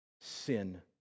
sin